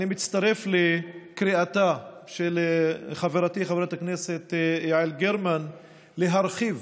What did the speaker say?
אני מצטרף לקריאתה של חברתי חברת הכנסת יעל גרמן להרחיב